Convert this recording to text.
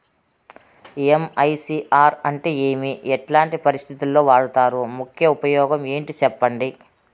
MICR అంటే ఏమి? ఎట్లాంటి పరిస్థితుల్లో వాడుతారు? ముఖ్య ఉపయోగం ఏంటి సెప్పండి?